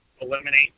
eliminate